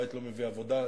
בית לא מביא עבודה.